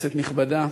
כנסת נכבדה,